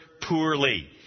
poorly